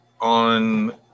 on